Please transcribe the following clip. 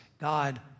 God